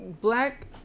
Black